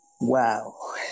Wow